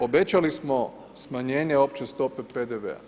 Obećali smo smanjenje opće stope PDV-a.